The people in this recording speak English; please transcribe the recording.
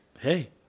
Hey